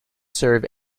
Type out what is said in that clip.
serve